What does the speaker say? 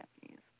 Japanese